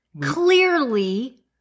clearly